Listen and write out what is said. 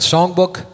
Songbook